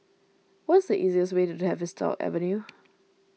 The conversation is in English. what is the easiest way to Tavistock Avenue